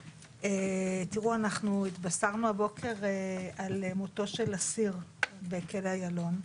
תראו, התבשרנו הבוקר על מותו של אסיר בכלא איילון,